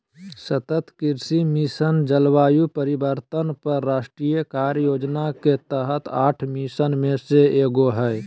सतत कृषि मिशन, जलवायु परिवर्तन पर राष्ट्रीय कार्य योजना के तहत आठ मिशन में से एगो हइ